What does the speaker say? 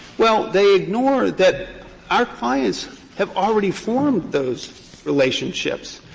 well, they ignore that our clients have already formed those relationships,